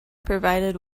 provided